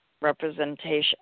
representation